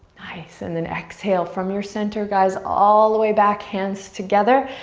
nice, and then exhale from your center, guys, all the way back, hands together.